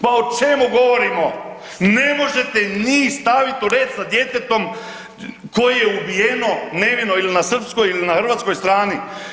Pa o čemu govorimo, ne možete njih staviti u red sa djetetom koje je ubijeno nevino ili na srpskoj ili na hrvatskoj strani.